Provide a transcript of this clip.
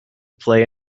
play